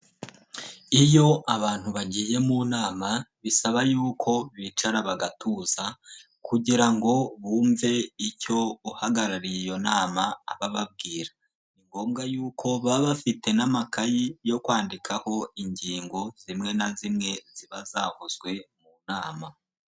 Iyo abantu bagiye mu nama bisaba yuko bicara bagatuza kugira ngo bumve icyo uhagarariye iyo nama aba ababwira. Ni ngombwa yuko baba bafite n'amakayi yo kwandikaho ingingo zimwe na zimwe ziba zavuzwe mu nama.